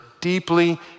deeply